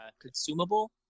consumable